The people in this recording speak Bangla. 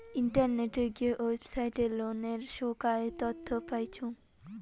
ইন্টারনেটে গিয়ে ওয়েবসাইটে লোনের সোগায় তথ্য পাইচুঙ